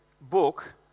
book